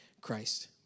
Christ